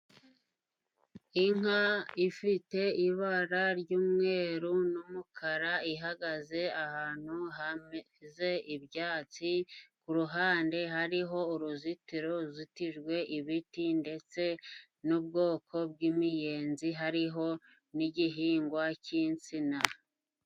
Inka ifite ibara ry'umweru n'umukara ihagaze ahantu hameze ibyatsi, ku ruhande hariho uruzitiro ruzitijwe ibiti, ndetse n'ubwoko bw'imiyenzi hariho n'igihingwa cy'insina.